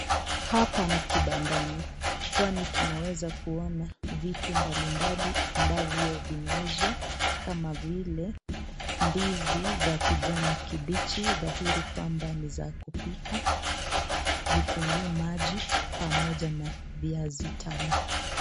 Hapa ni kibandani, kwani tunaweza kuona vitu mbali mbali ambavyo vinauzwa kama vile ndizi za kijani kibichi dhahiri kwamba ni za kupika, vitungu maji, pamoja na viazi tamu.